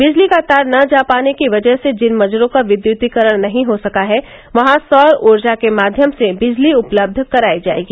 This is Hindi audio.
बिजली का तार न जा पाने की वजह से जिन मजरों का विद्यतीकरण नही हो सका है वहां सौर ऊर्जा के माध्यम से बिजली उपलब्ध करायी जायेगी